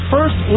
First